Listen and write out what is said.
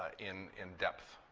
in in depth.